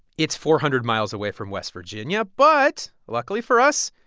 it's four hundred miles away from west virginia. but luckily for us,